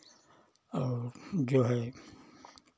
और जो है